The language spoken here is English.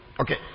Okay